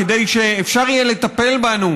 כדי שאפשר יהיה לטפל בנו,